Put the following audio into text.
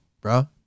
bro